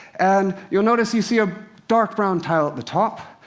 and you'll notice you see a dark brown tile at the top,